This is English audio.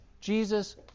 Jesus